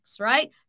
right